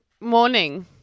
morning